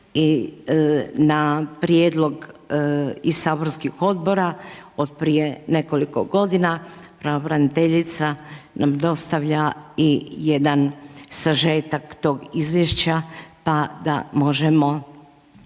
na prijedlog i saborskih odbora od prije nekoliko godina, pravobraniteljica nam dostavlja i jedan sažetak tog izvješća pa ga možemo